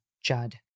Judd